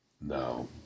No